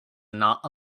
not